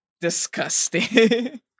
Disgusting